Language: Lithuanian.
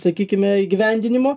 sakykime įgyvendinimo